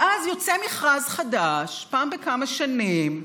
ואז יוצא מכרז חדש פעם בכמה שנים,